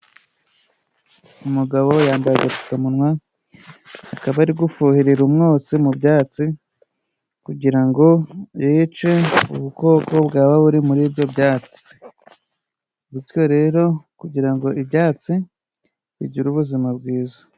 Umugabo yambaye agapfukamunwa. Akaba ari gufuhirira umwotsi mu byatsi, kugira ngo yice ubukoko bwaba buri muri ibyo byatsi. Bityo rero kugira ngo ibyatsi bigire ubuzima bwiza.